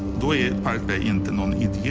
the pirate bay into and um